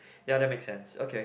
ya that make sense okay